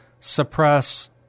suppress